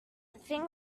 thing